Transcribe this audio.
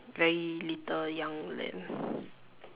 very little young lamb